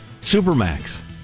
supermax